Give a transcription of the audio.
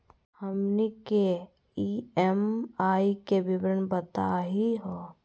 हमनी के ई.एम.आई के विवरण बताही हो?